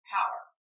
Power